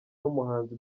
n’umuhanzi